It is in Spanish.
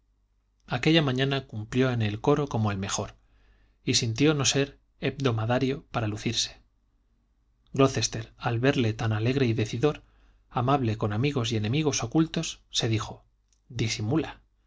aquella mañana cumplió en el coro como el mejor y sintió no ser hebdomadario para lucirse glocester al verle tan alegre y decidor amable con amigos y enemigos ocultos se dijo disimula